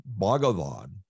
Bhagavan